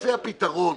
שיימצא פתרון,